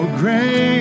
great